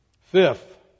Fifth